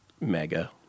mega